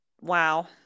wow